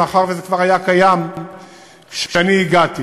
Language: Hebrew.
מאחר שזה כבר היה קיים כשאני הגעתי.